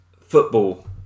football